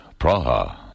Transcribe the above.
Praha